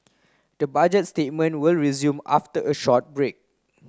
the budget statement will resume after a short break